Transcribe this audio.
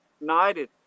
united